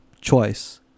choice